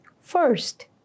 First